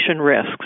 risks